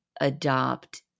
adopt